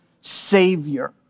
savior